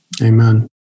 Amen